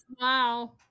Wow